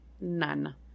none